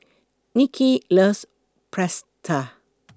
Nicky loves Pretzel